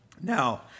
Now